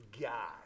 guy